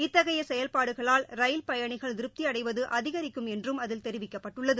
இத்தகையசெயல்பாடுகளால் rail பயணிகள் திருப்திஅடைவதுஅதிகரிக்கும் என்றும் அதில் தெரிவிக்கப்பட்டுள்ளது